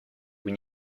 when